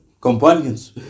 companions